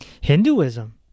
Hinduism